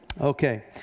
Okay